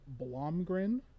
Blomgren